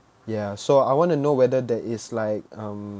ya so I want to know whether there is like um